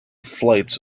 flights